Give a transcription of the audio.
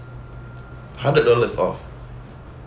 hundred dollars off